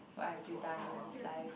what have you done in this life